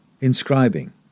inscribing